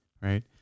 right